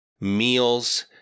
Meals